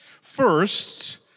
First